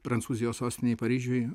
prancūzijos sostinėj paryžiuj